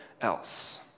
else